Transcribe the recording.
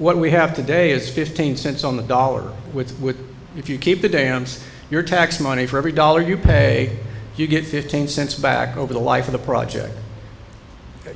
what we have today is fifteen cents on the dollar which if you keep the dams your tax money for every dollar you pay you get fifteen cents back over the life of the project